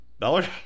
Dollar